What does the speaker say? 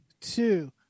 two